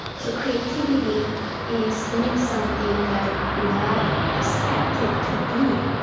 so creativity is doing something that you're not expected to do.